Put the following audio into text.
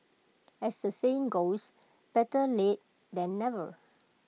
as the saying goes better late than never